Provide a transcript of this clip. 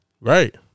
right